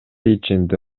ичинде